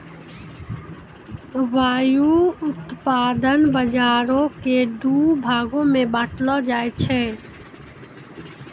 व्युत्पादन बजारो के दु भागो मे बांटलो जाय छै